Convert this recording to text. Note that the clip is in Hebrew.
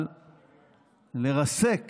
אבל לרסק